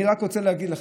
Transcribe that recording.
אני רק רוצה להגיד לכם.